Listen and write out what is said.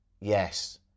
Yes